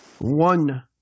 one